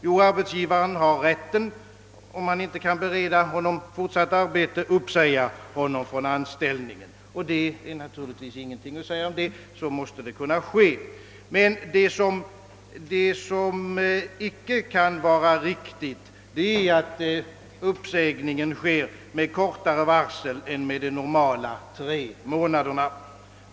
Jo, arbetsgivaren har rätt att säga upp honom från anställningen — och det är naturligtvis ingenting att säga om det, så måste kunna ske. Men vad som icke kan vara riktigt är, att uppsägningen sker med kortare varsel än de normala tre månaderna.